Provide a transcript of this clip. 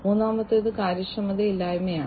മൂന്നാമത്തേത് കാര്യക്ഷമതയില്ലായ്മയാണ്